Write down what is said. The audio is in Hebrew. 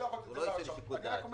הוא לא הפעיל שיקול דעת שם.